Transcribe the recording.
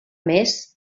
més